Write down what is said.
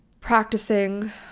Practicing